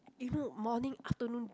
you know morning afternoon